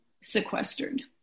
sequestered